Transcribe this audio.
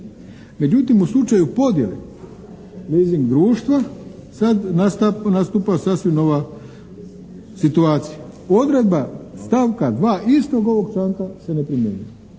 Međutim, u slučaju podjele leasing društva sad nastupa sasvim nova situacija. Odredba stavka 2. istog ovog članka se ne primjenjuje,